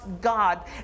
God